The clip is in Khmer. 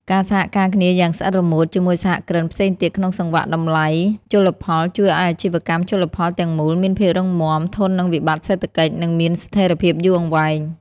ការសហការគ្នាយ៉ាងស្អិតរមួតជាមួយសហគ្រិនផ្សេងទៀតក្នុងសង្វាក់តម្លៃជលផល ជួយឱ្យអាជីវកម្មជលផលទាំងមូលមានភាពរឹងមាំ ធន់នឹងវិបត្តិសេដ្ឋកិច្ច និងមានស្ថិរភាពយូរអង្វែង។